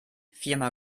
firma